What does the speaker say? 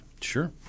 Sure